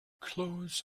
clothes